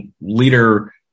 leader